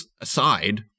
aside